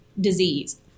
disease